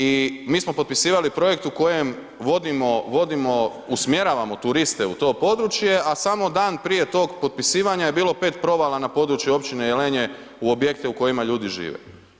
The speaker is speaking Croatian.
I mi smo potpisivali projekt u kojem vodimo, vodimo, usmjeravamo turiste u to područje a samo dan prije tog potpisivanja je bilo 5 provala na području općine Jelenje u objekte u kojima ljudi žive.